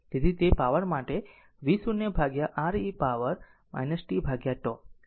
તેથી તે પાવર માટે v0 R e power t τ આ કરંટ iR છે